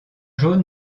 jaune